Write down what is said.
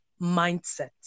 mindset